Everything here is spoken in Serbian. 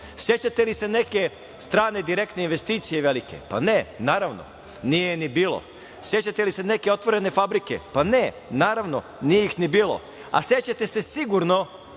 posla.Sećate li se neke strane direktne investicije velike? Pa, ne, naravno, nije je ni bilo. Sećate li se neke otvorene fabrike? Ne, naravno nije ih ni bilo. Sećate se sigurno